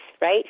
right